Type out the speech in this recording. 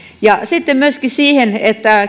sitten myöskin se että